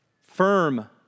firm